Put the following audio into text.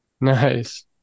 Nice